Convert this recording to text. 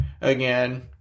again